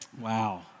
Wow